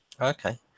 Okay